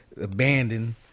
abandoned